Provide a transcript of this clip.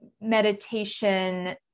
meditation